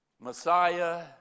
Messiah